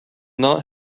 not